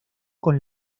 con